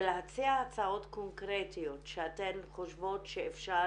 ולהציע הצעות קונקרטיות שאתן חושבות שאפשר